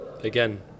again